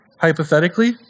Hypothetically